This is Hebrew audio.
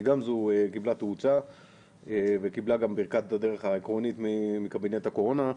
גמזו קיבלה תאוצה וקיבלה גם ברכת הדרך העקרונית מקבינט הקורונה.